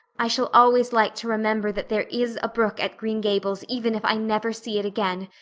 i shall always like to remember that there is a brook at green gables even if i never see it again.